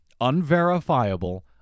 unverifiable